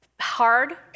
hard